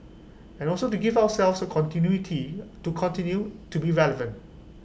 and also to give ourselves A continuity to continue to be relevant